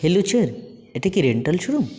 hello sir এটা কি rental showroom